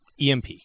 EMP